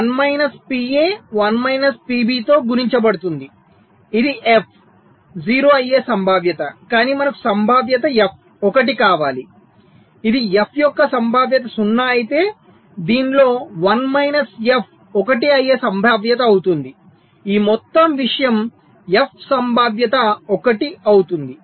1 minus PA 1 minus PB తో గుణించబడుతుంది ఇది f 0 అయ్యే సంభావ్యత కాని మనకు సంభావ్యత f 1 కావాలి ఇది f యొక్క సంభావ్యత 0 అయితే దీనిలో 1 మైనస్ f 1 అయ్యే సంభావ్యత అవుతుంది ఈ మొత్తం విషయం f సంభావ్యత 1 అవుతుంది